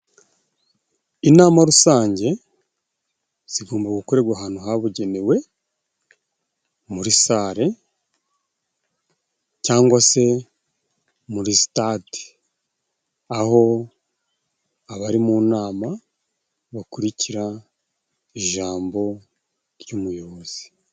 Inama rusange zigomba gukorerwa ahantu habugenewe. Muri sare cyangwa se muri sitade. Aho abari mu nama bakurikira ijambo ry' umuyobozi.